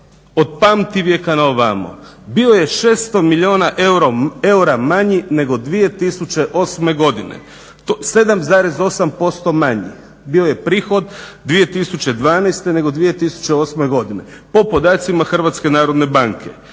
od pamtivijeka na ovamo. Bio je 600 milijuna eura manji nego 2008. godine, 7,8% manji bio je prihod 2012. nego 2008. godine, po podacima Hrvatske narodne banke.